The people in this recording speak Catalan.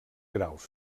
graus